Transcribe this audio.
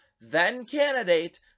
then-candidate